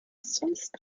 sonst